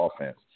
offense